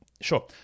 Sure